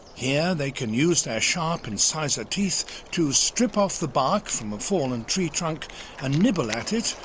here they can use their sharp incisor teeth to strip off the bark from a fallen tree trunk and nibble at it,